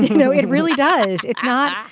no it really does it's not.